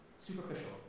superficial